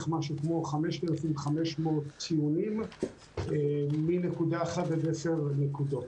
ו-5,500 ציונים שבהם נרשמה העלאה של 1 10 נקודות.